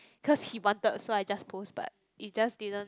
cause he wanted so I just but it just didn't